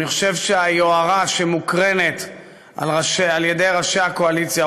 אני חושב שהיוהרה שמוקרנת על-ידי ראשי הקואליציה,